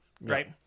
right